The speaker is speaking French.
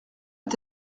est